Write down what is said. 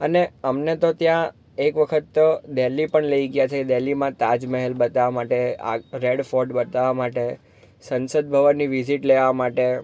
અને અમને તો ત્યાં એક વખત દિલ્હી પણ લઈ ગયા છે દિલ્હીમાં તાજમહાલ બતાવા માટે આ રેડ ફોર્ટ બતાવવા માટે સંસદ ભવનની વિઝિટ લેવા માટે